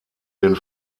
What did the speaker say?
den